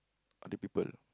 other people